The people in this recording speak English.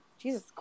Jesus